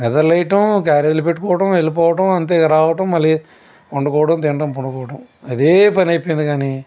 నిద్ర లేయటం క్యారేజులు పెట్టుకోవడం వెళ్ళిపోవటం అంతే రావడం మళ్లీ వండుకోవడం తినడం పండుకోవడం అదే పనై పోయింది కానీ